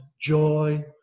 joy